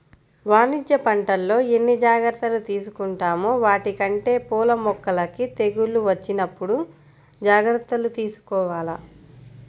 వాణిజ్య పంటల్లో ఎన్ని జాగర్తలు తీసుకుంటామో వాటికంటే పూల మొక్కలకి తెగుళ్ళు వచ్చినప్పుడు జాగర్తలు తీసుకోవాల